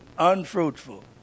unfruitful